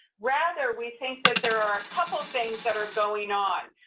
rather, we think that there are a couple things that are going on.